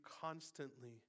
constantly